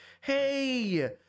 hey